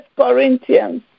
Corinthians